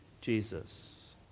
Jesus